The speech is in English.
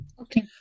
Okay